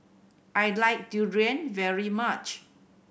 I like Durian very much